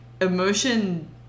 emotion